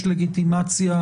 יש לגיטימציה